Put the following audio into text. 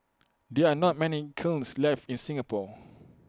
there are not many kilns left in Singapore